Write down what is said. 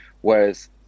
Whereas